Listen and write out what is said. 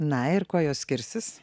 na ir kuo jos skirsis